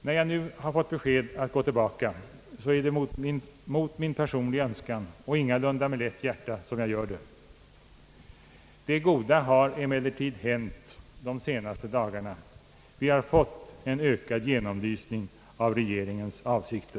När jag nu fått besked att gå tillbaka, så är det mot min personliga önskan och ingalunda med lätt hjärta jag gör det. Emellertid har det goda hänt de senaste dagarna att vi har fått en ökad genomlysning av regeringens avsikter.